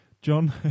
John